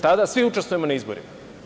Tada svi učestvujemo na izborima.